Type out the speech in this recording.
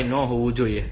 5 ન હોવું જોઈએ